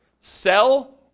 sell